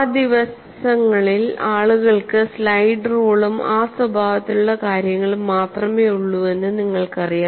ആ ദിവസങ്ങളിൽ ആളുകൾക്ക് സ്ലൈഡ് റൂളും ആ സ്വഭാവത്തിലുള്ള കാര്യങ്ങളും മാത്രമേയുള്ളൂവെന്ന് നിങ്ങൾക്കറിയാം